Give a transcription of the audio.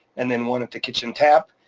and then one at the kitchen tap,